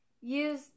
use